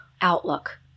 outlook